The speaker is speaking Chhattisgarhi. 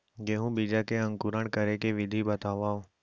गेहूँ बीजा के अंकुरण करे के विधि बतावव?